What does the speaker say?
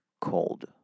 cold